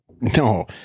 no